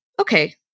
okay